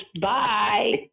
Bye